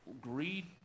greed